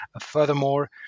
Furthermore